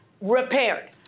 repaired